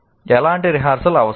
ఎలాంటి రిహార్సల్ అవసరం